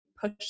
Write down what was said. push